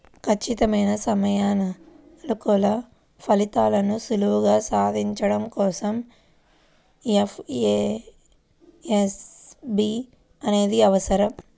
ఖచ్చితమైన సమయానుకూల ఫలితాలను సులువుగా సాధించడం కోసం ఎఫ్ఏఎస్బి అనేది అవసరం